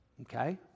Okay